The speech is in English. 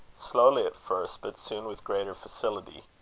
slowly at first, but soon with greater facility.